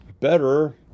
better